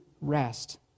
rest